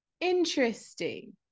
interesting